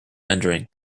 rendering